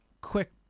quick